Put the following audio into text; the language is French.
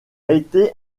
été